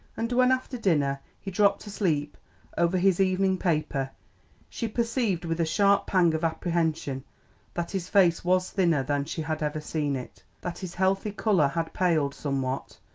and when after dinner he dropped asleep over his evening paper she perceived with a sharp pang of apprehension that his face was thinner than she had ever seen it, that his healthy colour had paled somewhat,